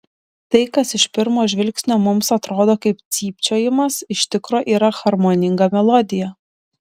tai kas iš pirmo žvilgsnio mums atrodo kaip cypčiojimas iš tikro yra harmoninga melodija